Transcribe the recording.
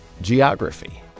geography